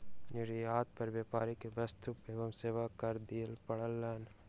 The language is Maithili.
निर्यात पर व्यापारी के वस्तु एवं सेवा कर दिअ पड़लैन